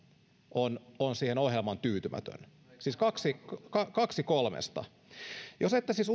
on on tyytymätön siis kaksi kaksi kolmesta jos ette siis